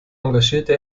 engagierte